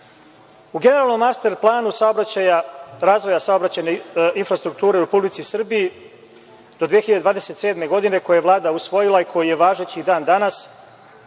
U generalnom master planu razvoja saobraćaja infrastrukture u Republici Srbiji do 2027. godine koji je Vlada usvojila i koji je važeći i dan danas